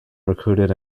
recruited